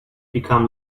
become